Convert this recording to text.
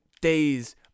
days